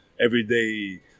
everyday